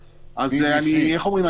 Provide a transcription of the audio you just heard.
BBC. אז איך אומרים,